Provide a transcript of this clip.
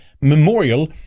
memorial